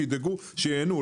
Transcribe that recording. שידאגו שייהנו.